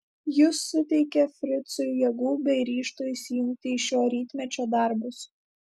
ji suteikė fricui jėgų bei ryžto įsijungti į šio rytmečio darbus